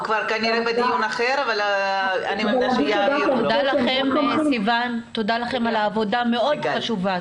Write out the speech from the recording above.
אבל להגיד תודה --- תודה לכן על העבודה המאוד חשובה.